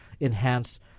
enhance